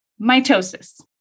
mitosis